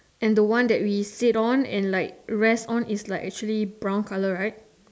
and the one that we sit on and like rest on is like actually brown colour right